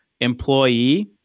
employee